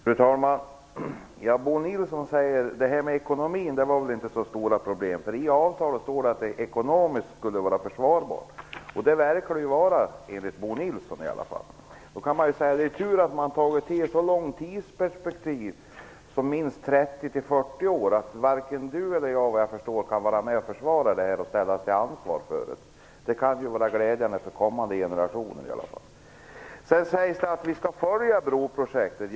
Fru talman! Bo Nilsson säger att ekonomin inte är ett så stort problem, eftersom det i avtalet står att det skulle vara ekonomiskt försvarbart. Det verkar det vara, enligt Bo Nilsson i alla fall. Man kan säga att det är tur att det är ett långt tidsperspektiv på minst 30-40 år. Varken Bo Nilsson eller jag kan, såvitt jag förstår, vara med och försvara detta och ställas till ansvar för det. Det kan ju vara glädjande för kommande generationer i alla fall. Sedan sägs det att vi skall följa broprojektet.